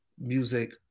music